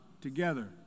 together